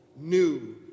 new